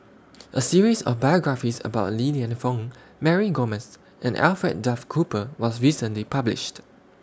A series of biographies about Li Lienfung Mary Gomes and Alfred Duff Cooper was recently published